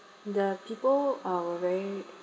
the people uh were very